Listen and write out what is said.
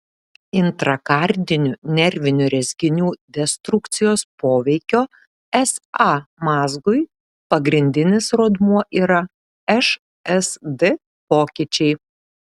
intrakardinių nervinių rezginių destrukcijos poveikio sa mazgui pagrindinis rodmuo yra šsd pokyčiai